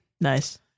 nice